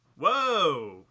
Whoa